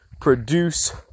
produce